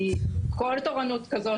כי כל תורנות כזאת,